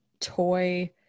toy